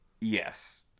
Yes